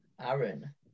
Aaron